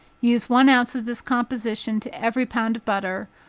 use one ounce of this composition to every pound of butter,